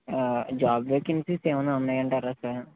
job vacancies ఏమైనా ఉన్నాయంటారా sir